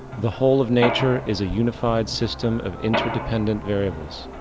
the whole of nature is a unified system of interdependent variables,